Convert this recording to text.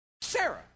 Sarah